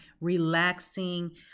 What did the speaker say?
relaxing